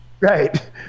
right